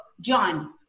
John